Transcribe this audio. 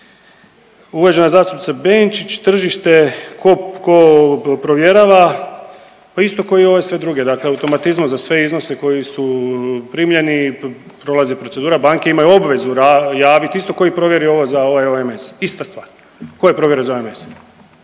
Uvažena zastupnica Benčić tržište ko provjerava, pa isto ko ove sve druge, dakle automatizmom za sve iznose koji su primljeni prolazi procedura. Banke imaju obvezu javiti isto ko je provjerio ovo za ovaj OMS, ista stvar. Ko je provjerio za OMS?